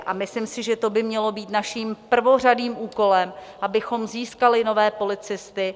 A myslím si, že to by mělo být naším prvořadým úkolem, abychom získali nové policisty.